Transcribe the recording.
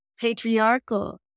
patriarchal